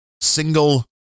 single